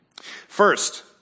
First